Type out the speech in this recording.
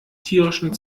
tierischen